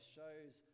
shows